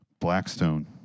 Blackstone